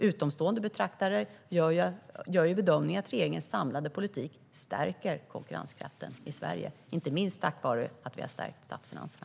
Utomstående betraktare gör alltså bedömningen att regeringens samlade politik stärker konkurrenskraften i Sverige, inte minst tack vare att vi har stärkt statsfinanserna.